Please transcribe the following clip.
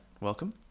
welcome